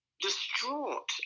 distraught